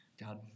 God